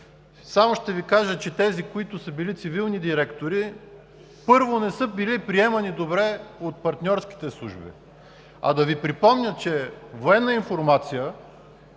Само ще Ви кажа, че тези, които са били цивилни директори, не са били приемани добре от партньорските служби. Да Ви припомня, че „Военна информация“